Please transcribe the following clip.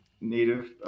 native